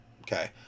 okay